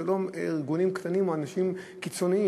זה לא ארגונים קטנים או אנשים קיצוניים,